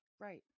Right